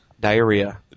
Diarrhea